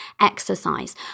exercise